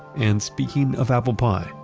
and speaking of apple pie,